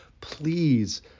please